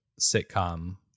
sitcom